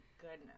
goodness